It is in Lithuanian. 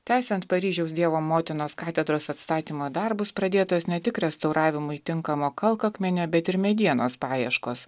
tęsiant paryžiaus dievo motinos katedros atstatymo darbus pradėtos ne tik restauravimui tinkamo kalkakmenio bet ir medienos paieškos